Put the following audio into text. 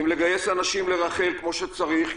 לגייס אנשים לרח"ל כמו שצריך,